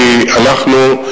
כי אנחנו,